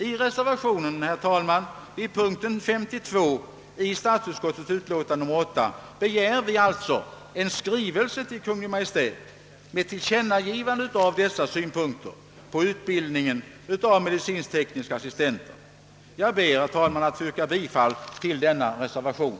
I reservationen vid denna punkt i statsutskottets utlåtande begär vi reservanter en skrivelse till Kungl. Maj:t med tillkännagivande av dessa synpunkter på utbildningen av medicinskt-tekniska = assistenter. Jag ber att få yrka bifall till denna reservation.